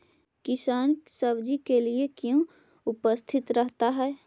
किसान सब्जी के लिए क्यों उपस्थित रहता है?